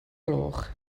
gloch